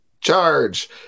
charge